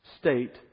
state